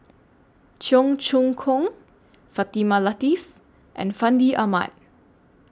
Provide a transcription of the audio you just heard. Cheong Choong Kong Fatimah Lateef and Fandi Ahmad